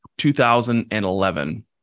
2011